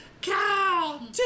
cow